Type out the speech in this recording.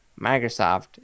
Microsoft